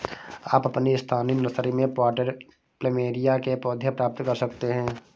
आप अपनी स्थानीय नर्सरी में पॉटेड प्लमेरिया के पौधे प्राप्त कर सकते है